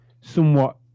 somewhat